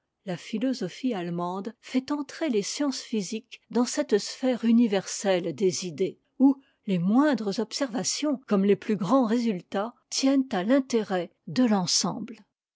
la philosophie allemande fait entrer les sciences physiques dans cette sphère universelle des idées où les moindres observations comme les plus grands résultats tiennent à l'intérêt de l'ensemble